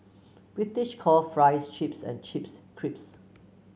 British call fries chips and chips crisps